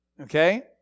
okay